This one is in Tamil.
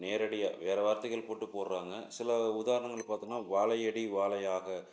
நேரடியாக வேறு வார்த்தைகள் போட்டு போடுறாங்க சில உதாரணங்கள் பார்த்தோன்னா வாழையடி வாழையாக